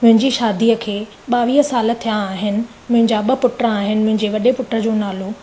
मुंहिंजी शादीअ खे ॿावीह साल थिया आहिनि मुंहिंजा ॿ पुट आहिनि मुंहिजे वॾे पुट जो नालो